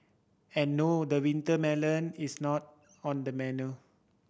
and no the winter melon is not on the menu